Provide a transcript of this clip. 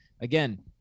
again